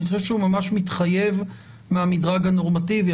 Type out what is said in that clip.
הוא ממש מתחייב מהמדרג הנורמטיבי.